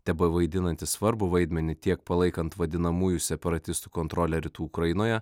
tebevaidinanti svarbų vaidmenį tiek palaikant vadinamųjų separatistų kontrolę rytų ukrainoje